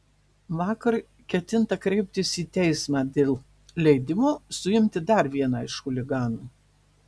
vakar ketinta kreiptis į teismą dėl leidimo suimti dar vieną iš chuliganų